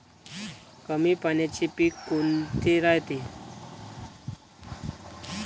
कमी पाण्याचे पीक कोनचे रायते?